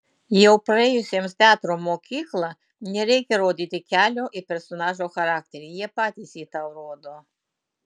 jau praėjusiems teatro mokyklą nereikia rodyti kelio į personažo charakterį jie patys jį tau rodo